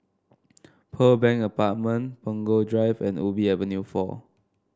Pearl Bank Apartment Punggol Drive and Ubi Avenue four